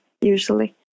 usually